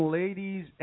ladies